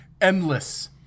Endless